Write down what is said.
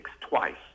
twice